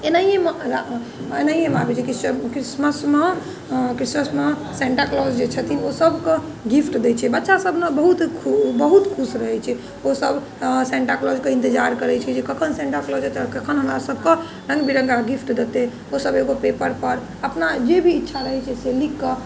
एनाहिये एनाहिये मनाबैत छै क्रिसमसमे क्रिसमसमे सेन्टा क्लॉज जे छथिन ओ सभकेँ गिफ्ट दै छै बच्चा सभ नहि बहुत बहुत खुश रहैत छै ओ सभ सेन्टा क्लॉजके इंतजार करैत छै जे कखन सेन्टा क्लॉज औताह आओर कखन हमरा सभके रङ्ग विरङ्गा गिफ्ट देतै ओ सभ एगो पेपर पर अपना जे भी इच्छा रहैत छै से लिखकऽ